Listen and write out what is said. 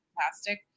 Fantastic